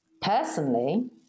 Personally